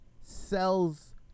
sells